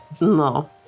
No